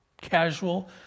casual